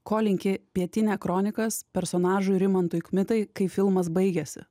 ko linki pietinia kronikas personažui rimantui kmitai kai filmas baigiasi